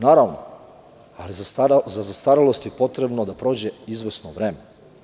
Naravno, ali za zastarelost je potrebno da prođe izvesno vreme.